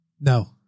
No